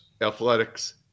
athletics